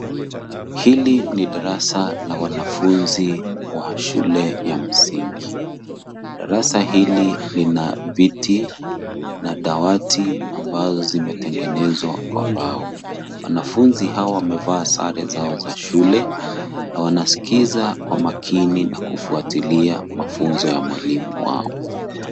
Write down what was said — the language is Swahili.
Hili ni darasa la wanafunzi wa shule ya msingi ,darasa ili Iina viti na dawati ambazo zimetengenezwa kwa mbao . Wanafunzi hao wamevaa sare zao za shule na wanaskiza kwa makini na wanafuatilia mafunzo ya mwalimu wao.